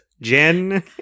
Jen